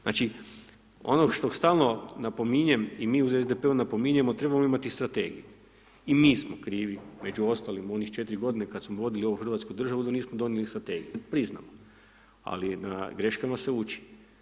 Znači, ono što stalno napominjem i mi u SDP-u napominjemo trebamo imati strategiju i mi smo krivi među ostalim onih 4 godine kad smo vodili ovu hrvatsku državu da nismo donijeli strategiju, priznam, ali na greškama se ući.